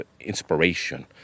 inspiration